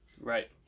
Right